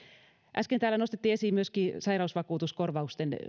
äsken täällä nostettiin esiin myöskin sairausvakuutuskorvausten